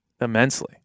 immensely